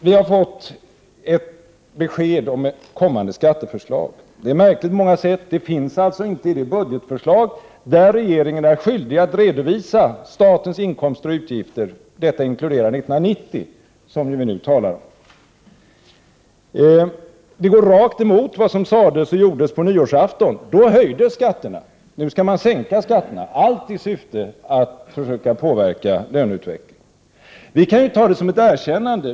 Vi har fått ett besked om ett kommande skatteförslag, som är märkligt på många sätt. Det finns inte med i det budgetförslag där regeringen är skyldig att redovisa statens inkomster och utgifter, inkluderande år 1990, som vi nu talar om. Förslaget går rakt emot vad som sades och gjordes på nyårsafton. Då höjdes skatterna, men nu skall man sänka dem, allt i syfte att försöka påverka löneutvecklingen.